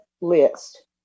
list